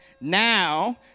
Now